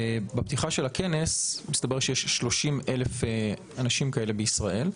ובפתיחת הכנסת הסתבר שיש 30,000 אנשים כאלה בישראל.